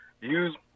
use